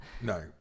no